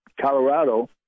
Colorado